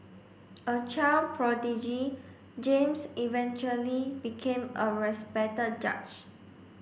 a child prodigy James eventually became a respected judge